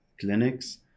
clinics